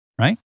right